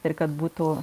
ir kad būtų